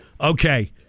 Okay